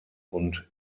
und